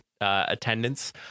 attendance